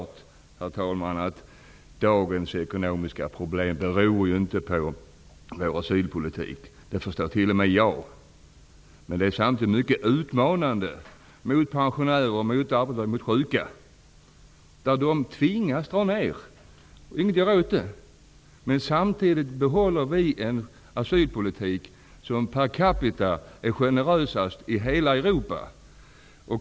Det är självfallet så att dagens ekonomiska problem inte beror på vår asylpolitik. Det förstår t.o.m. jag. Men det här är samtidigt mycket utmanande gentemot pensionärer, arbetslösa och sjuka. De tvingas till nedskärningar. Det är inget att göra åt det. Samtidigt behåller vi dock en asylpolitik som per capita är generösast i hela Europa.